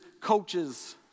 coaches